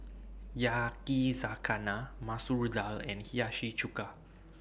Yakizakana Masoor Dal and Hiyashi Chuka